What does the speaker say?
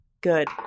Good